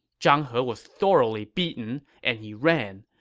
zhang he was thoroughly beaten, and he ran.